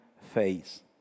face